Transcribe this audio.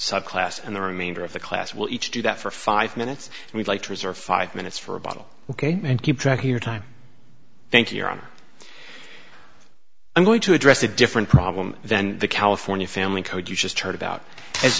sub class and the remainder of the class will each do that for five minutes and we'd like to reserve five minutes for a bottle ok and keep track here time thank you your honor i'm going to address a different problem than the california family code you just heard about